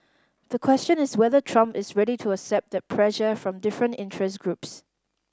the question is whether Trump is ready to accept that pressure from different interest groups